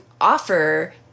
offer